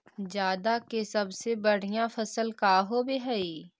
जादा के सबसे बढ़िया फसल का होवे हई?